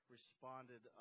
responded